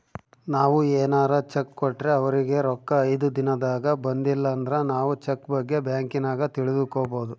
ನಾವು ಏನಾರ ಚೆಕ್ ಕೊಟ್ರೆ ಅವರಿಗೆ ರೊಕ್ಕ ಐದು ದಿನದಾಗ ಬಂದಿಲಂದ್ರ ನಾವು ಚೆಕ್ ಬಗ್ಗೆ ಬ್ಯಾಂಕಿನಾಗ ತಿಳಿದುಕೊಬೊದು